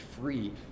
free